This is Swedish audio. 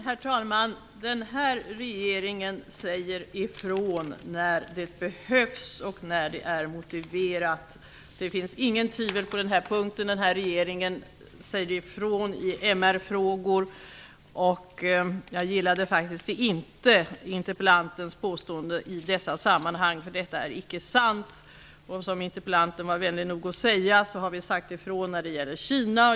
Herr talman! Den här regeringen säger ifrån när det behövs och när det är motiverat. Det råder inget tvivel på den punkten. Den här regeringen säger ifrån i MR-frågor. Jag gillade faktiskt inte interpellantens påstående i dessa sammanhang, för detta var icke sant. Som interpellanten var vänlig nog att säga har vi sagt ifrån när det gäller Kina.